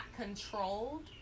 controlled